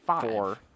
Four